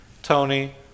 Tony